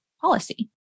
policy